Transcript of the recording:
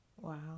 Wow